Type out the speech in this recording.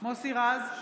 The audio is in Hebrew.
מוסי רז,